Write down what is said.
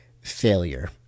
failure